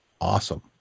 Awesome